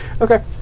okay